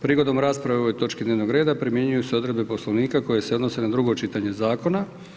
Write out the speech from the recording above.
Prigodom rasprave o ovoj točki dnevnog reda, primjenjuju se odredbe Poslovnika koje se odnose na drugo čitanje zakona.